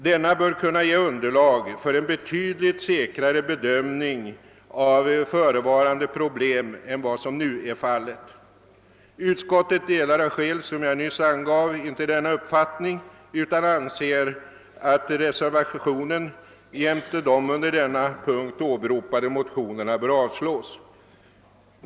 Denna bör kunna ge underlag för en betydligt säkrare bedömning av förevarande problem än vad som nu är fallet. Utskottet delar av skäl, som jag nyss angav, inte denna uppfattning, utan anser att reservationen jämte de under denna punkt åberopade motionerna bör avslås.